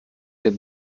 der